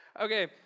Okay